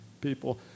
people